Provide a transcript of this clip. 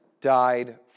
died